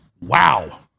Wow